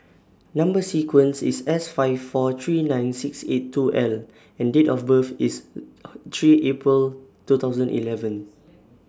Number sequence IS S five four three nine six eight two L and Date of birth IS three April two thousand eleven